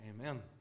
Amen